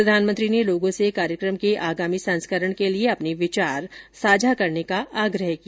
प्रधानमंत्री ने लोगों से कार्यक्रम के आगामी संस्करण के लिए अपने विचार साझा करने का भी आग्रह किया